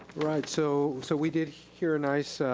right, so so we did hear a nice